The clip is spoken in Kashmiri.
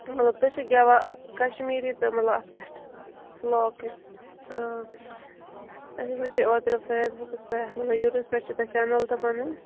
مطلب تُہۍ چھُو گٮ۪وان مطلب کَشمیٖری تہٕ مطلب اَتھ پٮ۪ٹھ فُلاک اَسہِ حظ وُچھٕو اوتٕرٕ فیس بُکَس پٮ۪ٹھ یوٗٹیوٗبَس چھُ تۄہہِ چیٚنَل تہٕ پَنٕنۍ